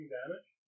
damage